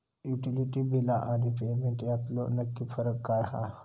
Utility बिला आणि payment यातलो नक्की फरक काय हा?